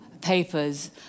papers